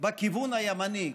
בכיוון הימני.